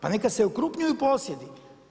Pa neka se ukrupnjuju posjedi.